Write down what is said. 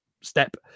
step